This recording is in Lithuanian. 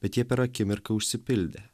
bet jie per akimirką užsipildė